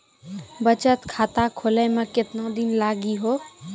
बचत खाता खोले मे केतना दिन लागि हो?